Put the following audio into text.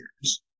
years